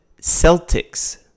Celtics